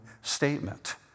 statement